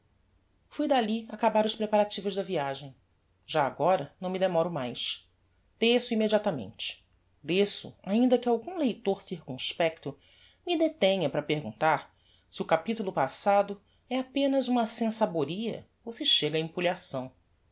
fui dalli acabar os preparativos da viagem já agora não me demoro mais desço immediatamente desço ainda que algum leitor circumspecto me detenha para perguntar se o capitulo passado é apenas uma sensaboria ou se chega a empulhação